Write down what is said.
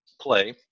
play